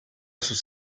sus